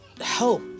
help